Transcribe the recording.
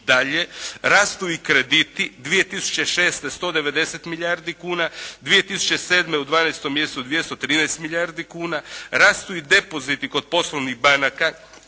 dalje. Rastu i krediti, 2006. 190 milijardi kuna, 2007. u dvanaestom mjesecu 213 milijardi kuna. Rastu i depoziti kod poslovnih banaka,